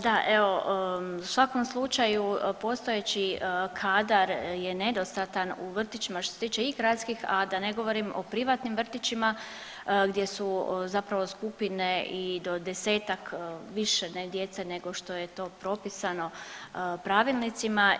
Da, evo u svakom slučaju postojeći kadar je nedostatan u vrtićima što se tiče i gradskih, a da ne govorim o privatnim vrtićima gdje su zapravo skupine i do desetak više ne djece nego što je to propisano pravilnicima.